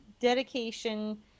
dedication